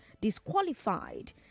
disqualified